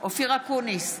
אופיר אקוניס,